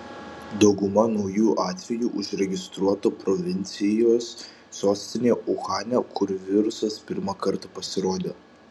dauguma naujų atvejų užregistruota provincijos sostinėje uhane kur virusas pirmą kartą pasirodė